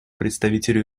представителю